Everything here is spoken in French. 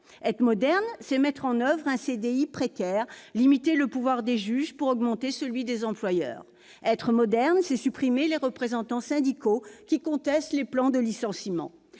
Être moderne, c'est mettre en oeuvre un CDI précaire, limiter le pouvoir des juges pour augmenter celui des employeurs. Être moderne, c'est supprimer les représentants syndicaux, qui contestent les plans de licenciement.